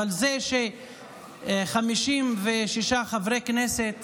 אבל זה ש-56 חברי כנסת